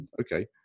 okay